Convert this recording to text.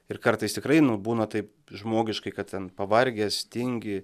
ir kartais tikrai nu būna taip žmogiškai kad ten pavargęs tingi